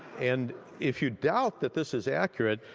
and if you doubt that this is accurate,